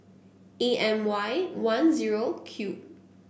A M Y one zero Q